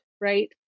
right